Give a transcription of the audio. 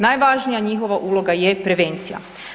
Najvažnija njihova uloga je prevencija.